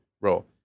role